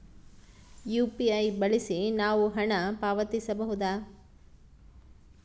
UPI ಬಳಸಿ ನಾವು ಹಣ ಪಾವತಿಸಬಹುದಾ?